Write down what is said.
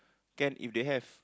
can if they have